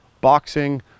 boxing